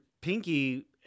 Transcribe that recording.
pinky